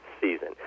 season